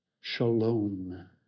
shalom